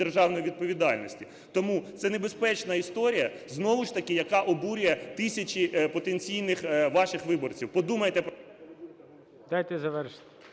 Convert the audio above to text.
Дякую.